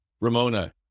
Ramona